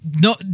No